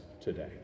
today